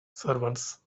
servants